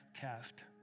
cast